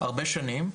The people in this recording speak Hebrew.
הרבה שנים,